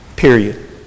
Period